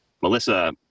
Melissa